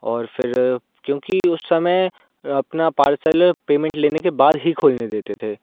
और फ़िर क्योंकि उस समय अपना पार्सल पेमेंट लेने के बाद ही खोलने देते थे